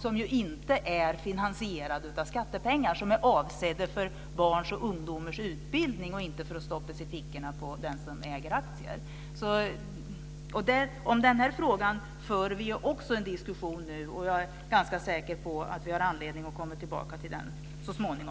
som ju inte är finansierade med skattepengar som är avsedda för barns och ungdomars utbildning och inte för att stoppas i fickorna hos dem som äger aktier. Om den här frågan för vi nu också en diskussion. Jag är ganska säker på att vi har anledning att komma tillbaka till den så småningom.